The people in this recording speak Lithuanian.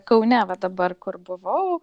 kaune va dabar kur buvau